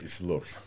Look